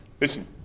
Listen